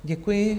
Děkuji.